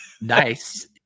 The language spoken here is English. Nice